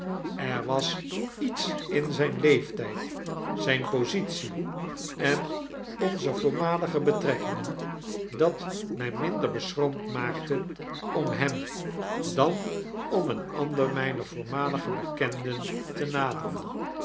er was iets in zyn leeftijd zijne positie en onze voormalige betrekkingen dat my minder beschroomd maakte om hem dan om een ander myner voormalige bekenden te naderen